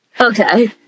Okay